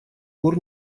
пор